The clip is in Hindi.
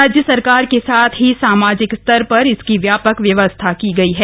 राज्य सरकार के साथ ही सामाजिक स्तर पर इसकी व्यापक व्यवस्था की गई है